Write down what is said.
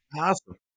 Awesome